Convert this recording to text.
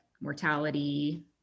mortality